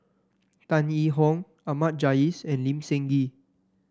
Tan Yee Hong Ahmad Jais and Lee Seng Gee